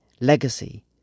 legacy